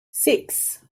six